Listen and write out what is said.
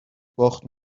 باخت